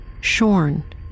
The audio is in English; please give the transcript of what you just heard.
shorn